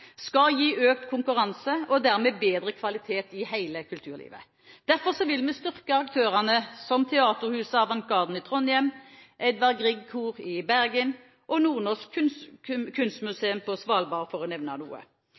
skal gi økt konkurranse og dermed bedre kvalitet i hele kulturlivet. Derfor vil vi styrke aktører som Teaterhuset Avant Garden i Trondheim, Edvard Grieg Kor i Bergen og Nordnorsk Kunstmuseum på Svalbard, for å nevne